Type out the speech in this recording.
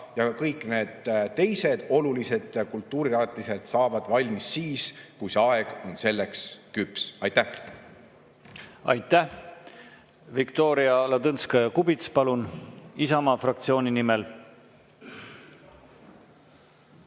ka kõik teised olulised kultuurirajatised saavad valmis siis, kui aeg selleks on küps. Aitäh! Aitäh! Viktoria Ladõnskaja-Kubits, palun! Isamaa fraktsiooni nimel.